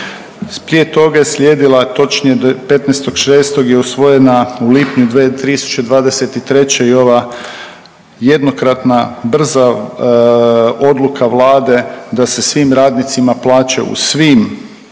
Prije toga je slijedila, točnije 15.6. je usvojena u lipnju 2023. i ova jednokratna brza odluka Vlade se svim radnicima plaće u svim